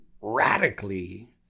radically